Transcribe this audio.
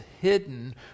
hidden